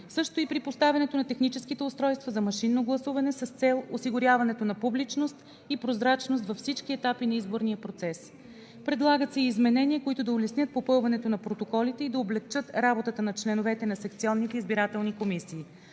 също и при поставянето на техническите устройства за машинно гласуване, с цел осигуряването на публичност и прозрачност във всички етапи на изборния процес. Предлагат се и изменения, които да улеснят попълването на протоколите и да облекчат работата на членовете на секционните избирателни комисии.